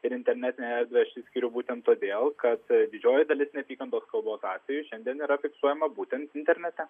ir internetinę erdvę skiriu būtent todėl kad didžioji dalis neapykantos kalbos atvejų šiandien yra fiksuojama būtent internete